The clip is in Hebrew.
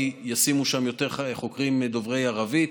ישימו שם יותר חוקרים דוברי ערבית.